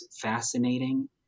fascinating